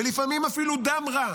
ולפעמים אפילו דם רע,